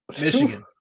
Michigan